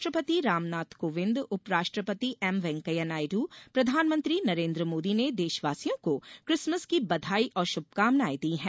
राष्ट्रपति रामनाथ कोविंद उपराष्ट्रपति एम वेंकैया नायडू प्रधानमंत्री नरेन्द्र मोदी ने देशवासियों को क्रिसमस की बधाई और शुभकामनाएं दी हैं